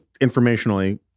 informationally